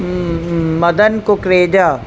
Madan Kukreja